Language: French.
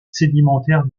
sédimentaire